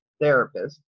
therapist